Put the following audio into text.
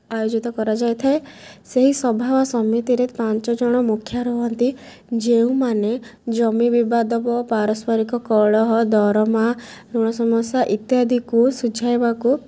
ଆୟୋଜିତ କରାଯାଇଥାଏ ସେହି ସଭା ବା ସମିତିରେ ପାଞ୍ଚ ଜଣ ମୁଖିଆ ରୁହନ୍ତି ଯେଉଁମାନେ ଜମି ବିବାଦ ପାରସ୍ପରିକ କଳହ ଦରମା ଋଣ ସମସ୍ୟା ଇତ୍ୟାଦିକୁ ସୁଝାଇବାକୁ